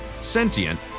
sentient